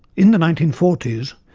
in the nineteen forty s,